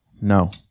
No